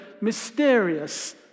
mysterious